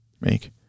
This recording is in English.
make